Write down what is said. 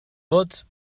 vots